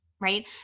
Right